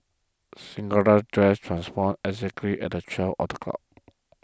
Cinderella's dress transformed exactly at the twelve o'clock